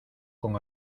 con